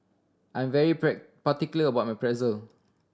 I'm very particular about my Pretzel